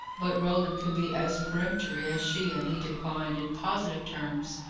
but roland could be as peremptory as she, and he declined, in positive terms,